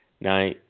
Now